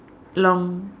long